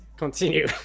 Continue